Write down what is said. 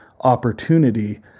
opportunity